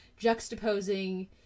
juxtaposing